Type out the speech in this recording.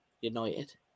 United